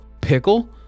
Pickle